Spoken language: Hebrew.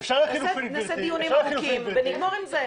נקיים דיונים ארוכים ונגמור עם זה.